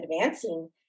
advancing